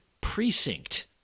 precinct